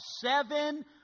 seven